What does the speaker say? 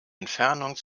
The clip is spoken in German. entfernung